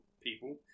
people